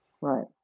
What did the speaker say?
Right